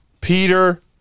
Peter